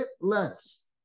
less